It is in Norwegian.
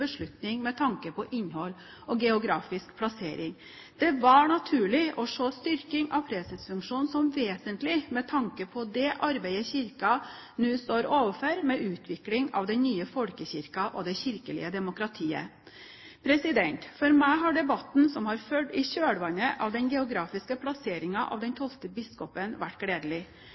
beslutning med tanke på innhold og geografisk plassering. Det var naturlig å se styrking av presesfunksjonen som vesentlig med tanke på det arbeidet Kirken nå står overfor med utvikling av den nye folkekirken og det kirkelige demokratiet. For meg har debatten som har fulgt i kjølvannet av den geografiske plasseringen av den tolvte biskopen, vært gledelig